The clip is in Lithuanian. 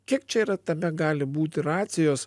kiek čia yra tame gali būti racijos